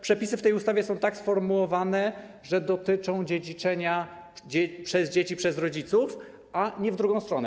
Przepisy w tej ustawie są tak sformułowane, że dotyczą dziedziczenia przez dzieci, przez rodziców, a nie w drugą stronę.